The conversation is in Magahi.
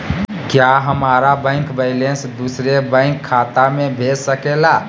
क्या हमारा बैंक बैलेंस दूसरे बैंक खाता में भेज सके ला?